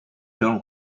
don